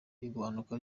igabanuka